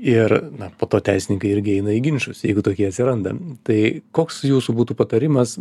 ir na po to teisininkai irgi eina į ginčus jeigu tokie atsiranda tai koks jūsų būtų patarimas